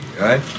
right